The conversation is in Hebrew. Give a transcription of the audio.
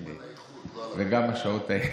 וגם השעות האלה.